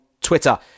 Twitter